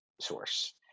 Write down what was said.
source